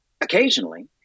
occasionally